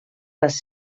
les